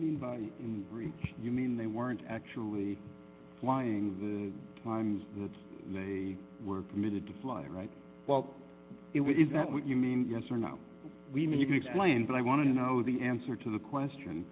mean by in you mean they weren't actually flying the plans that were permitted to fly right well it is that what you mean yes or no we mean you can explain but i want to know the answer to the question